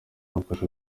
akorera